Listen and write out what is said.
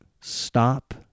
stop